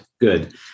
good